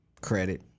credit